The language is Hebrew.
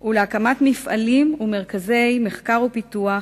ולהקמת מפעלים ומרכזי מחקר ופיתוח